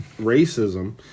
racism